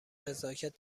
نزاکت